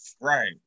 Right